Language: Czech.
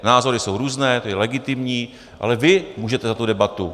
Názory jsou různé, to je legitimní, ale vy můžete za tu debatu.